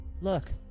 Look